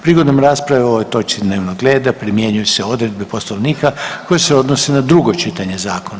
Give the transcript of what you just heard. Prigodom rasprave o ovoj točci dnevnog reda primjenjuju se odredbe Poslovnika koje se odnose na drugo čitanje zakona.